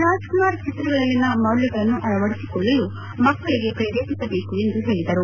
ರಾಜ್ ಕುಮಾರ್ ಚಿತ್ರಗಳಲ್ಲಿನ ಮೌಲ್ಯಗಳನ್ನು ಅಳವಡಿಸಿಕೊಳ್ಳಲು ಮಕ್ಕಳಿಗೆ ಪ್ರೇರೇಪಿಸಬೇಕು ಎಂದು ಹೇಳಿದರು